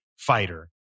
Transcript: Fighter